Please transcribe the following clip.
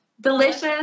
delicious